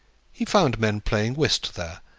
he found men playing whist there,